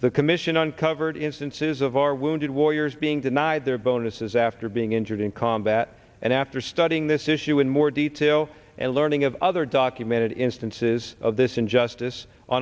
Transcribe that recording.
the commission uncovered instances of our wounded warriors being denied their bonuses after being injured in combat and after studying this issue in more detail and learning of other documented instances of this injustice on